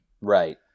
right